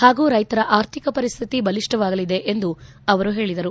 ಹಾಗೂ ರೈತರ ಆರ್ಥಿಕ ಪರಿಸ್ಹಿತಿ ಬಲಿಷ್ಠವಾಗಲಿದೆ ಎಂದು ಅವರು ಹೇಳಿದರು